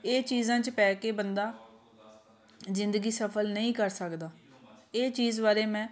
ਇਹ ਚੀਜ਼ਾਂ 'ਚ ਪੈ ਕੇ ਬੰਦਾ ਜ਼ਿੰਦਗੀ ਸਫਲ ਨਹੀਂ ਕਰ ਸਕਦਾ ਇਹ ਚੀਜ਼ ਬਾਰੇ ਮੈਂ